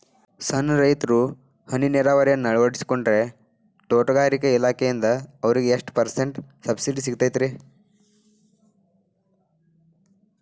ಸಣ್ಣ ರೈತರು ಹನಿ ನೇರಾವರಿಯನ್ನ ಅಳವಡಿಸಿಕೊಂಡರೆ ತೋಟಗಾರಿಕೆ ಇಲಾಖೆಯಿಂದ ಅವರಿಗೆ ಎಷ್ಟು ಪರ್ಸೆಂಟ್ ಸಬ್ಸಿಡಿ ಸಿಗುತ್ತೈತರೇ?